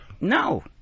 No